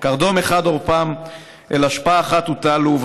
/ קרדום אחד ערפם ואל אשפה אחת הוטלו /